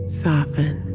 soften